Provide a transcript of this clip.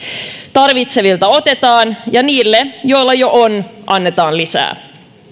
tarvitsevilta otetaan ja niille joilla jo on annetaan lisää